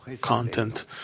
content